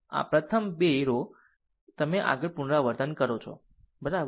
આ પ્રથમ 2 રો તમે આગળ પુનરાવર્તન કરો છો બરાબર